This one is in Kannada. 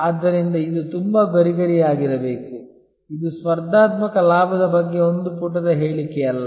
ಆದ್ದರಿಂದ ಇದು ತುಂಬಾ ಗರಿಗರಿಯಾಗಿರಬೇಕು ಇದು ಸ್ಪರ್ಧಾತ್ಮಕ ಲಾಭದ ಬಗ್ಗೆ ಒಂದು ಪುಟದ ಹೇಳಿಕೆಯಲ್ಲ